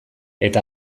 eta